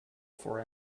for